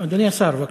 אגב,